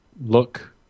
look